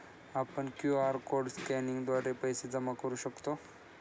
आपण QR code स्कॅनिंगद्वारे पैसे जमा करू शकतो